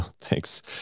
thanks